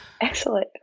Excellent